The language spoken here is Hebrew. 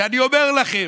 ואני אומר לכם,